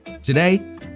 Today